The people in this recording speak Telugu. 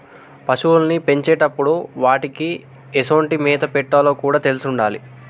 పశువుల్ని పెంచేటప్పుడు వాటికీ ఎసొంటి మేత పెట్టాలో కూడా తెలిసుండాలి